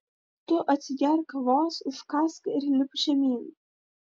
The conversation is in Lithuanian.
tu atsigerk kavos užkąsk ir lipk žemyn